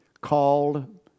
called